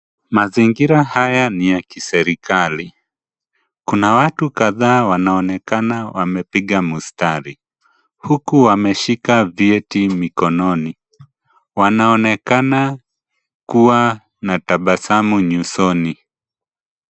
Mazingira haya ni ya kiserikali. Kuna watu kadhaa wameonekana wamepiga mstari, huku wameshika vyeti mikononi. Wanaonekana kuwa na tabasamu nyusoni.